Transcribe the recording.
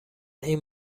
این